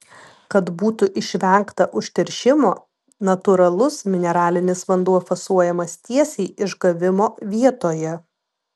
kad būtų išvengta užteršimo natūralus mineralinis vanduo fasuojamas tiesiai išgavimo vietoje